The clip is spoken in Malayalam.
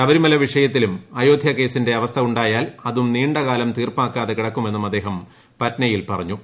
ശബരിമല വിഷയത്തിലും അയോധ്യ കേസിന്റെ അവസ്ഥ ഉണ്ടായാൽ അതും നീണ്ട കാലം തീർപ്പാകാതെ കിടക്കുമെന്നും അദ്ദേഹം പറ്റ്നയിൽ പറഞ്ഞു